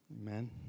Amen